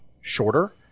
shorter